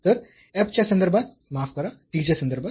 तर t च्या संदर्भात माफ करा t च्या संदर्भात